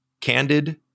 candid